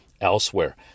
elsewhere